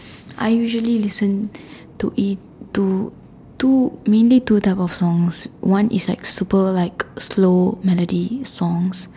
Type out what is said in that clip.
I usually listen to two two mainly two type of song one is like super slow melody songs